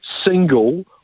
single